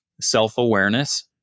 Self-awareness